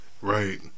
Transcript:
Right